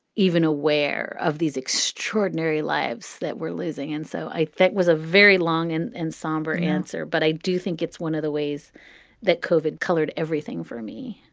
even aware of these extraordinary lives that we're losing. and so i think was a very long and and somber answer. but i do think it's one of the ways that covered colored everything for me